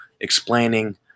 explaining